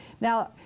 Now